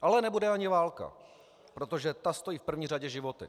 Ale nebude ani válka, protože ta stojí v první řadě životy.